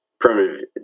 primitive